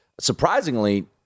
Surprisingly